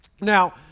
Now